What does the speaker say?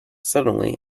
suddenly